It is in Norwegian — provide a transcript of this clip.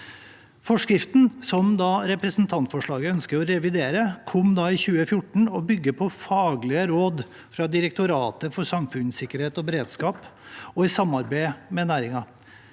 Forskriften som man i representantforslaget ønsker å revidere, kom i 2014. Den bygger på faglige råd fra Direktoratet for samfunnssikkerhet og beredskap i samarbeid med næringen.